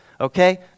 Okay